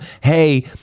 hey